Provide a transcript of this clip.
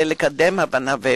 וכדי לקדם הבנה ואמון.